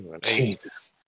Jesus